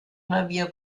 klavier